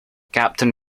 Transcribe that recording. captain